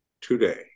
today